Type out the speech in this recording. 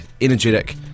energetic